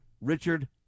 Richard